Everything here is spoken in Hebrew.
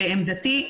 לעמדתי,